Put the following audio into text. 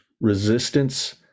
resistance